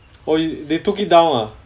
oh you they took it down ah